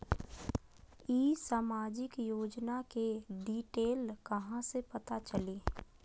ई सामाजिक योजना के डिटेल कहा से पता चली?